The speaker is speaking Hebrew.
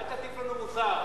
אל תטיף לנו מוסר.